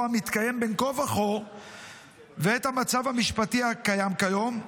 המתקיים בין כה וכה ואת המצב המשפטי הקיים כיום,